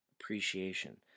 appreciation